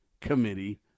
committee